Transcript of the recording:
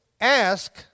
Ask